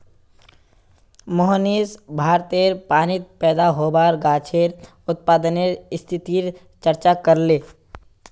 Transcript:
मोहनीश भारतेर पानीत पैदा होबार गाछेर उत्पादनेर स्थितिर चर्चा करले